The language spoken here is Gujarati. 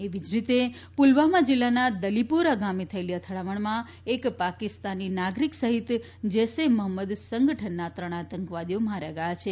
એવી જ રીતે પુલવામા જિલ્લાના દલીપોરા ગામે થયેલી અથડામણમાં એક પાકિસ્તાની નાગરિક સહિત જૈશ એ મહંમદ સંગઠનના ત્રણ આતંકવાદીઓ માર્યા ગયા છે